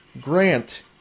Grant